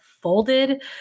folded